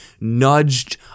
nudged